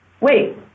wait